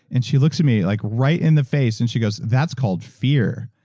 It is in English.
and she looks at me like right in the face and she goes, that's called fear.